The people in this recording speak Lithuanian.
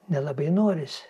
nelabai norisi